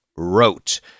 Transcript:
wrote